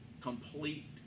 complete